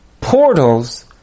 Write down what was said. portals